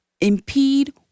impede